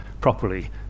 properly